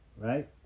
Right